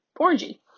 orangey